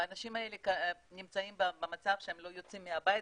והאנשים האלה נמצאים במצב שהם לא יוצאים מהבית,